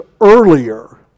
earlier